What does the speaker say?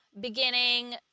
beginning